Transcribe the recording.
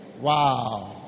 Wow